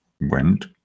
went